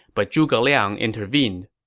but zhuge liang intervened.